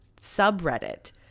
subreddit